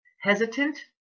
hesitant